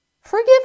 forgive